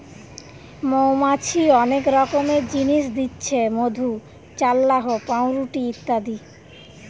মৌমাছি অনেক রকমের জিনিস দিচ্ছে মধু, চাল্লাহ, পাউরুটি ইত্যাদি